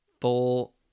full